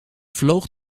vloog